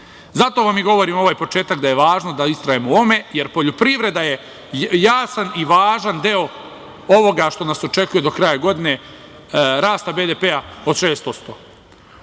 vam i govorim da je ovaj početak važno da istrajemo u ovome, jer poljoprivreda je jasan i važan deo ovoga što nas očekuje do kraja godine, rasta BDP-a od 6%,